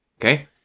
Okay